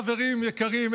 חברים יקרים,